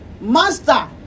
Master